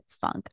funk